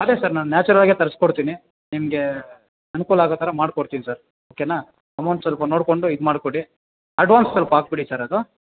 ಅದೇ ಸರ್ ನಾನು ನ್ಯಾಚುರಾಗೇ ತರಿಸ್ಕೊಡ್ತೀನಿ ನಿಮಗೆ ಅನುಕೂಲ ಆಗೋ ಥರ ಮಾಡ್ಕೊಡ್ತೀನಿ ಸರ್ ಓಕೆನಾ ಅಮೌಂಟ್ ಸ್ವಲ್ಪ ನೋಡ್ಕೊಂಡು ಇದು ಮಾಡ್ಕೊಡಿ ಅಡ್ವಾನ್ಸ್ ಸ್ವಲ್ಪ ಹಾಕ್ಬಿಡಿ ಸರ್ ಅದು